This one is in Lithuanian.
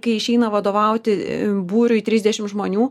kai išeina vadovauti būriui trisdešim žmonių